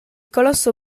colosso